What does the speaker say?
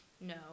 No